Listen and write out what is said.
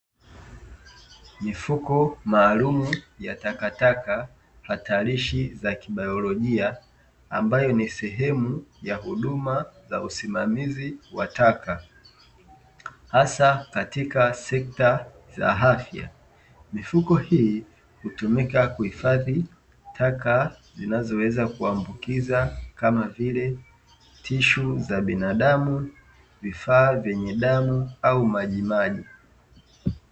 Mifuko maalumu ya takataka hatarishi za kibaiolojia, ambayo ni sehemu ya huduma za usimamizi wa taka hasa katika sekta za afya. Mifuko hii hutumika kuhifadhi taka zinazoweza kuambukiza, kama vile tishu za binadamu, vifaa vyenye damu au majimaji.